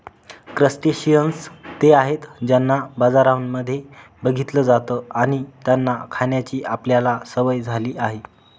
crustaceans ते आहेत ज्यांना बाजारांमध्ये बघितलं जात आणि त्यांना खाण्याची आपल्याला सवय झाली आहे